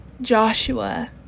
Joshua